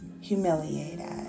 humiliated